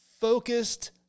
focused